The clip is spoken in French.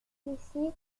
ici